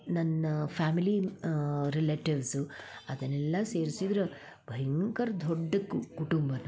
ನನ್ನ family relatives ಅದೆಲ್ಲ ಸೇರ್ಸಿದ್ರು ಭಯಂಕರ ದೊಡ್ಡದು ಕುಟುಂಬ ನಮ್ಮದು